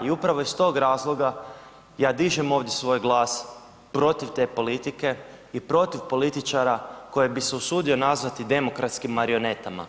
I upravo iz tog razloga ja dižem ovdje svoj glas protiv te politike i protiv političara koje bih se usudio nazvati demokratskim marionetama.